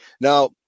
Now